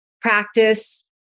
practice